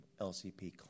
LCP